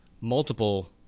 multiple